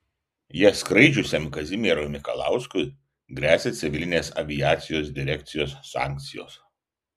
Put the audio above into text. ja skraidžiusiam kazimierui mikalauskui gresia civilinės aviacijos direkcijos sankcijos